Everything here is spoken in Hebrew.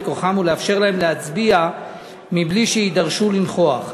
כוחם ולאפשר להם להצביע בלי שיידרשו להיות נוכחים.